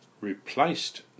replaced